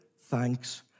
thanks